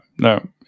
no